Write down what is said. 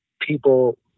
people